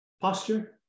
posture